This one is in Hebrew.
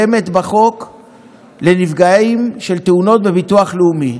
קיימת בחוק לנפגעים של תאונות בביטוח לאומי.